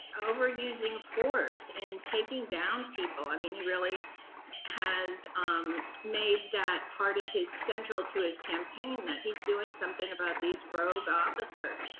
over using force in taking down people. i mean, he really has made that part of his central to his campaign, that he's doin' something about these rogue officers.